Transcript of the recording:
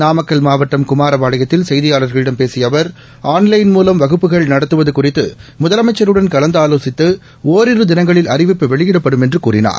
நாமக்கல் மாவட்டம் குமாரபாளையத்தில் செய்தியாளர்களிடம் பேசிய அவர் ஆன்லைன் மூவம் வகுப்புகள் நடத்துவது குறித்து முதலமைச்சருடன் கலந்து ஆலோசித்து ஒரிரு திணங்களில் அறிவிப்பு வெளியிடப்படும் என்று கூறினார்